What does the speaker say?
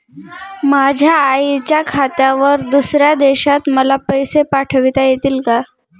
माझ्या आईच्या खात्यावर दुसऱ्या देशात मला पैसे पाठविता येतील का?